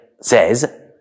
says